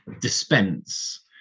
dispense